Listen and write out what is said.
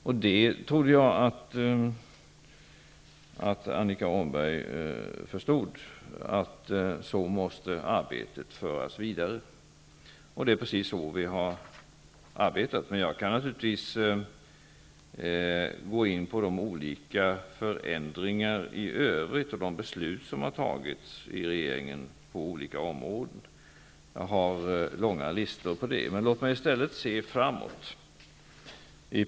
Jag trodde att Annika Åhnberg förstod att arbetet måste föras vidare på det sätt som vi har arbetat. Jag kan naturligtvis gå in på de olika förändringarna i övrigt och de beslut som har fattats på olika områden av regeringen. Jag har långa listor över det. Låt mig i stället se framåt.